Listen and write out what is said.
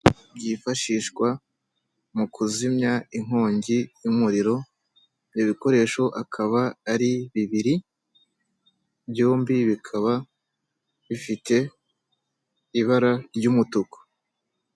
Byifashishwa mu kuzimya inkongi y'umuriro, ibikoresho akaba ari bibiri byombi bikaba bifite ibara ry'umutuku.